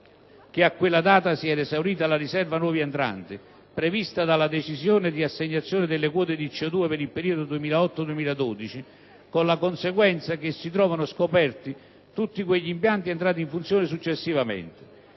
che a quella data si era esaurita la «Riserva nuovi entranti» prevista dalla Decisione dì assegnazione delle quote di CO2 per il periodo 2008-2012, con la conseguenza che si trovano scoperti tutti quegli impianti entrati in funzione successivamente.